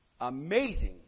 Amazing